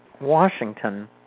Washington